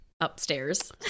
upstairs